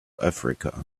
africa